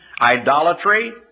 idolatry